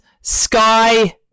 Sky